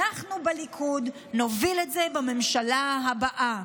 אנחנו בליכוד נוביל את זה בממשלה הבאה".